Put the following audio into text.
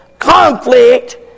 conflict